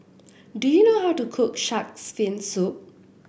do you know how to cook shark's fin soup